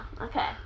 okay